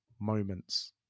moments